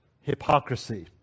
hypocrisy